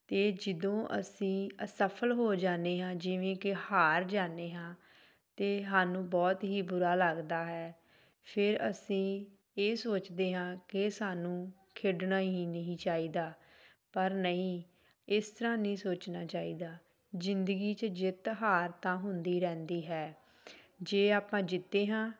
ਅਤੇ ਜਦੋਂ ਅਸੀਂ ਅਸਫਲ ਹੋ ਜਾਂਦੇ ਹਾਂ ਜਿਵੇਂ ਕਿ ਹਾਰ ਜਾਂਦੇ ਹਾਂ ਅਤੇ ਸਾਨੂੰ ਬਹੁਤ ਹੀ ਬੁਰਾ ਲੱਗਦਾ ਹੈ ਫਿਰ ਅਸੀਂ ਇਹ ਸੋਚਦੇ ਹਾਂ ਕਿ ਸਾਨੂੰ ਖੇਡਣਾ ਹੀ ਨਹੀਂ ਚਾਹੀਦਾ ਪਰ ਨਹੀਂ ਇਸ ਤਰ੍ਹਾਂ ਨਹੀਂ ਸੋਚਣਾ ਚਾਹੀਦਾ ਜ਼ਿੰਦਗੀ 'ਚ ਜਿੱਤ ਹਾਰ ਤਾਂ ਹੁੰਦੀ ਰਹਿੰਦੀ ਹੈ ਜੇ ਆਪਾਂ ਜਿੱਤੇ ਹਾਂ